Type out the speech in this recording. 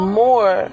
more